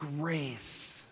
grace